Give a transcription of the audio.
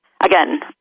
again